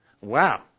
Wow